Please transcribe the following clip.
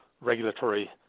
regulatory